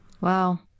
Wow